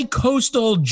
coastal